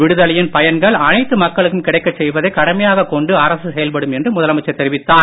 விடுதலையின் பயன்கள் அனைத்து மக்களுக்கும் கிடைக்கச் செய்வதை கடமையாக கொண்டு அரசு செயல்படும் என்று முதலமைச்சர் தெரிவித்தார்